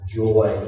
joy